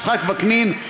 יצחק וקנין,